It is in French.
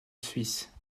suisse